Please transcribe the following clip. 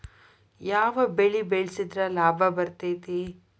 ಯಾವ ಬೆಳಿ ಬೆಳ್ಸಿದ್ರ ಲಾಭ ಬರತೇತಿ?